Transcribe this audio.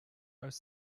als